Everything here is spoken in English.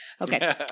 okay